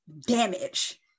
damage